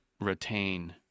retain